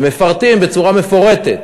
ובצורה מפורטת: